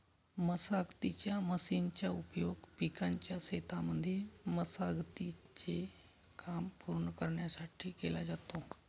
मशागतीच्या मशीनचा उपयोग पिकाच्या शेतांमध्ये मशागती चे काम पूर्ण करण्यासाठी केला जातो